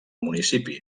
municipi